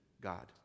god